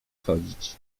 chodzić